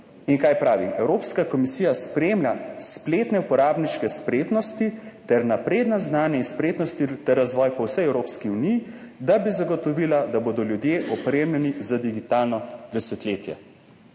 In kaj pravi? »Evropska komisija spremlja spletne uporabniške spretnosti ter napredna znanja in spretnosti ter razvoj po vsej Evropski uniji, da bi zagotovila, da bodo ljudje opremljeni za digitalno desetletje.«